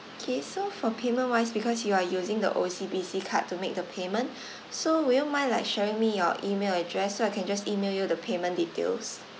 K so for payment wise because you are using the O_C_B_C card to make the payment so will you mind like sharing me your email address so I can just email you the payment details